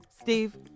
Steve